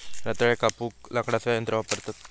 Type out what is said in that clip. रताळ्याक कापूक लाकडाचा यंत्र वापरतत